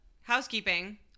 housekeeping